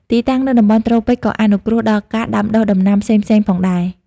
ទីតាំងនៅតំបន់ត្រូពិចក៏អនុគ្រោះដល់ការដាំដុះដំណាំផ្សេងៗផងដែរ។